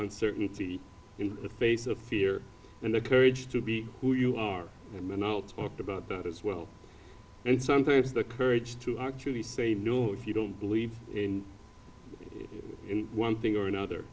uncertainty in the face of fear and the courage to be who you are and i'll talk about that as well and sometimes the courage to actually say no if you don't believe in one thing or another